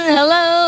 Hello